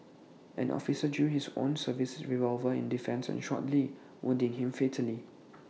an officer drew his own service revolver in defence and shot lee wounding him fatally